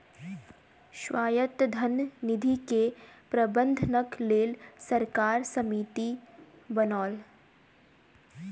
स्वायत्त धन निधि के प्रबंधनक लेल सरकार समिति बनौलक